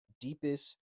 deepest